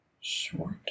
short